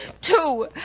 two